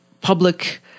public